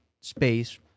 space